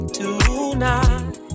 tonight